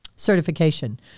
certification